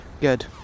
Good